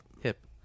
hip